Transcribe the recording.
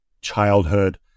childhood